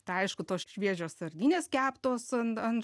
tai aišku tos šviežios sardinės keptos ant ant